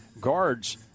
guards